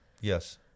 yes